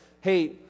hey